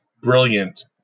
brilliant